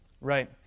Right